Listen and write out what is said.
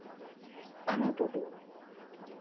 ᱯᱟᱱᱚ ᱴᱩᱰᱩ